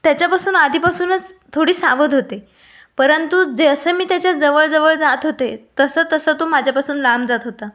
त्याच्यापासून आधीपासूनच थोडी सावध होते परंतु जसं मी त्याच्या जवळ जवळ जात होते तसं तसं तो माझ्यापासून लांब जात होता